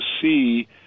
see